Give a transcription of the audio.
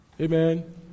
Amen